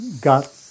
got